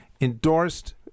endorsed